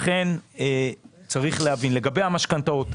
לגבי המשכנתאות,